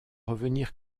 revenir